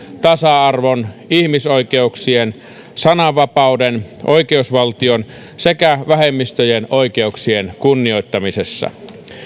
tasa arvon ihmisoikeuksien sananvapauden oikeusvaltion sekä vähemmistöjen oikeuksien kunnioittamisessa